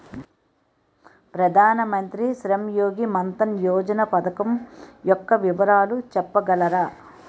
ప్రధాన మంత్రి శ్రమ్ యోగి మన్ధన్ యోజన పథకం యెక్క వివరాలు చెప్పగలరా?